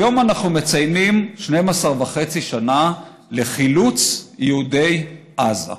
היום אנחנו מציינים 12 וחצי שנים לחילוץ יהודי עזה,